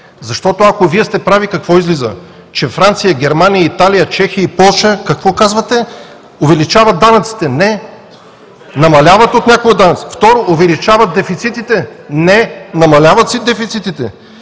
страни. Ако Вие сте прави, какво излиза – че Франция, Германия, Италия, Чехия и Полша увеличават данъците? Не, намаляват някои от данъците. Второ, увеличават дефицитите?! Не, намаляват си дефицитите.